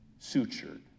sutured